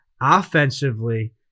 Offensively